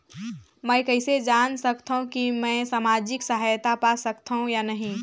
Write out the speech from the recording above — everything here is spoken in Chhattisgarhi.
मै कइसे जान सकथव कि मैं समाजिक सहायता पा सकथव या नहीं?